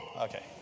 Okay